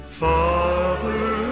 father